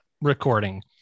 recording